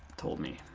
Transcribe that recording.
told me.